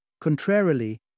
Contrarily